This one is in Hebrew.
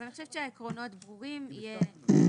אז אני חושבת שהעקרונות ברורים, יהיה